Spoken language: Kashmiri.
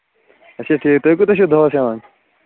اَچھا ٹھیٖک تُہۍ کوٗتاہ چھُو دۄہَس ہٮ۪وان